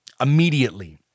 immediately